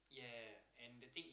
ya ya ya and the thing